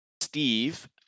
Steve